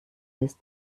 bist